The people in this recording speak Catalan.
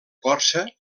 corsa